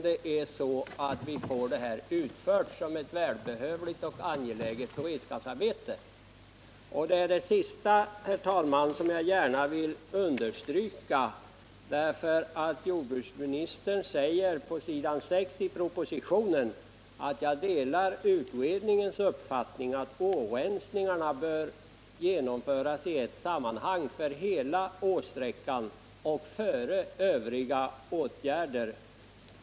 Det är det sistnämnda, herr talman, som jag gärna vill understryka, eftersom jordbruksministern på s. 6 i propositionen säger: ”Jag delar utredningens uppfattning att årensningarna bör genomföras i ett sammanhang för hela åsträckan och före övriga åtgärder.